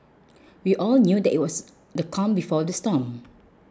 we all knew that it was the calm before the storm